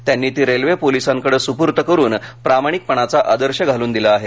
त्यांनी ती रेल्वे पोलिसांकडे सुपूर्त करून प्रामाणिकपणाचा आदर्श घालून दिला आहे